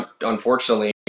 unfortunately